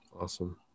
Awesome